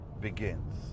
begins